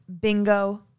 bingo